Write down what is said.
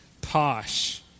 posh